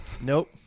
Nope